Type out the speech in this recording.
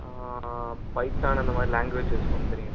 ஆ Python அந்தமாதிரி languages கொஞ்சம் தெரியும் சார்